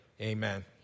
Amen